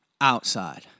outside